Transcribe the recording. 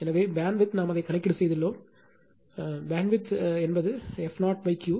எனவே பேண்ட்வித் நாம் அதை கணக்கீடு செய்துள்ளோம் என்பது பேண்ட்வித் f0 Q